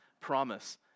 promise